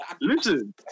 listen